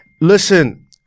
listen